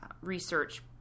research